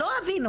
לא אבין.